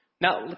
Now